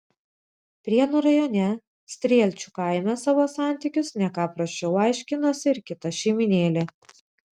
prienų rajone strielčių kaime savo santykius ne ką prasčiau aiškinosi ir kita šeimynėlė